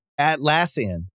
Atlassian